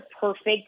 perfect –